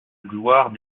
gloire